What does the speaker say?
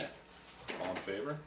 to favor